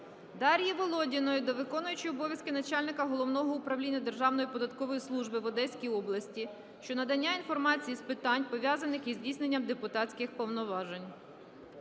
Дар'ї Володіної до виконуючої обов’язки начальника Головного управління Державної податкової служби в Одеській області щодо надання інформації з питань, пов'язаних із здійсненням депутатських повноважень.